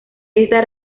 esta